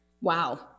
Wow